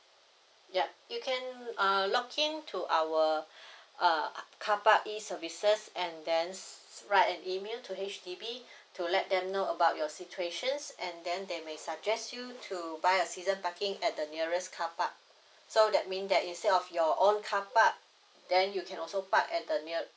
yup you can uh log in to our carpark E services and then write an email to H_D_B to let them know about your situations and then they may suggest you to buy a season parking at the nearest car park so that mean that instead of your own car park then you can also part at the near